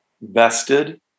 vested